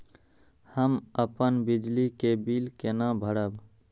हम अपन बिजली के बिल केना भरब?